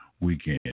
weekend